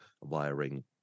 wiring